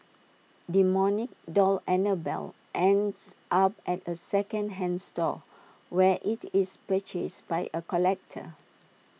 demonic doll Annabelle ends up at A second hand store where IT is purchased by A collector